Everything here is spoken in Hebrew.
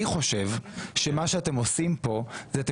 אני חושב שמה שאתם עושים כאן זה שאתם